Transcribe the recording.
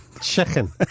Chicken